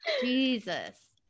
jesus